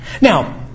Now